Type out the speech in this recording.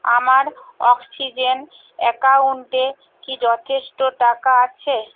আমার অক্সিজেন অ্যাকাউন্টে কি যথেষ্ট টাকা আছে